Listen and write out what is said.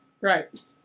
Right